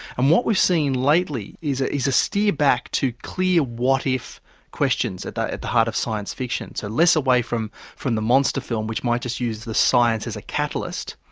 and what we've seen lately is is a steer back to clear what if questions at the at the heart of science fiction. so less away from from the monster film which might just use the science as a catalyst,